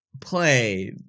play